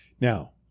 Now